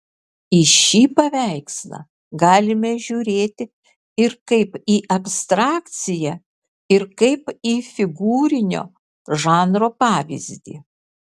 į šį paveikslą galime žiūrėti ir kaip į abstrakciją ir kaip į figūrinio žanro pavyzdį